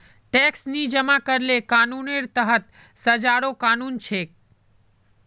tax नी जमा करले कानूनेर तहत सजारो कानून छेक